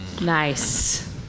Nice